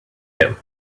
him